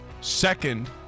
Second